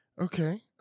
Okay